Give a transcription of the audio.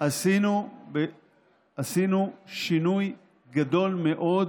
עשינו שינוי גדול מאוד